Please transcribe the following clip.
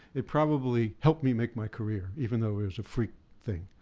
it probably helped me make my career even though it was a freak thing.